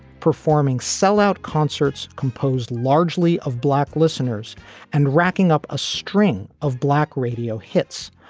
performing sell out concerts composed largely of black listeners and racking up a string of black radio hits,